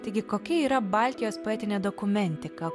taigi kokia yra baltijos poetinė dokumentika